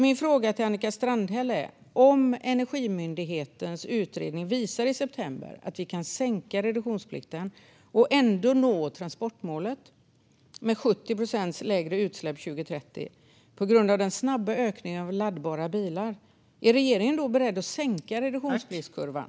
Min fråga till Annika Strandhäll är: Om Energimyndighetens utredning i september visar att vi kan sänka reduktionsplikten och ändå nå transportmålet om 70 procent lägre utsläpp 2030 på grund av den snabba ökningen av laddbara bilar, är regeringen då beredd att sänka reduktionspliktskurvan?